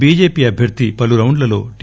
BJP అభ్యర్థి పలు రౌండ్లలో టి